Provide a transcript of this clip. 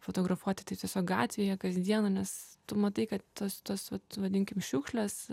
fotografuoti tai tiesiog gatvėje kasdieną nes tu matai kad tos tos vadinkim šiukšlės